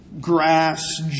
grass